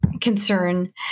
concern